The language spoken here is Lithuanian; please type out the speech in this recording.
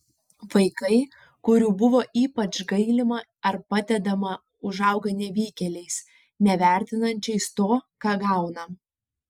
vaikai kurių buvo ypač gailima ar padedama užauga nevykėliais nevertinančiais to ką gauna